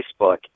Facebook